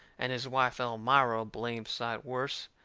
and his wife elmira a blame sight worse,